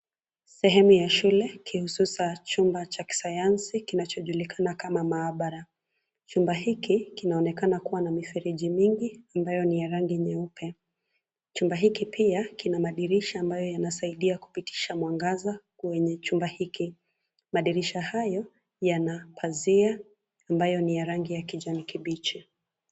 Sehemu ya shule kihususa chumba cha kisanyansi kinachojulikana kama maabara. Chumba hiki kinaonekana kua na mifereji mingi ambayo ni ya rangi nyeupe. Chumba hiki pia kina madirisha ambayo pia yanasaidia kupitisha mwangaza kwenye chumba hiki. Madirisha hayo, yana pazia ambayo ni ya rangi ya kijani kibichi.